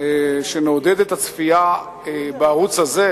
שנעודד את הצפייה בערוץ הזה,